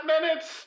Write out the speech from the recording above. minutes